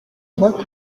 voie